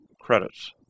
Credits